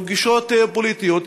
פגישות פוליטיות,